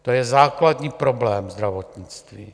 To je základní problém zdravotnictví.